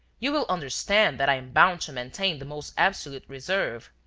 you will understand that i am bound to maintain the most absolute reserve.